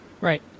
Right